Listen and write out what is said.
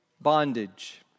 bondage